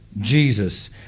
Jesus